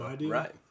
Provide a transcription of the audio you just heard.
Right